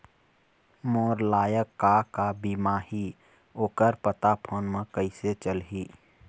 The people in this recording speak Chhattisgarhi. मोर लायक का का बीमा ही ओ कर पता फ़ोन म कइसे चलही?